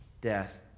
Death